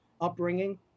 upbringing